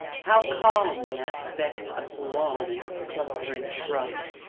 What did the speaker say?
how calm the aspect of the lawn and its clustering shrubs.